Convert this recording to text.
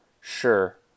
Sure